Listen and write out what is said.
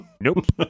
Nope